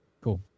Cool